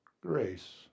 grace